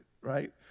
right